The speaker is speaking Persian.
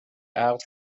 عقد